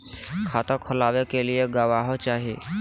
खाता खोलाबे के लिए गवाहों चाही?